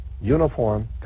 Uniform